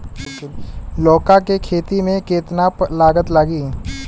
लौका के खेती में केतना लागत लागी?